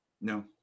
No